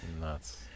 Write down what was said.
nuts